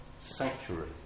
sanctuary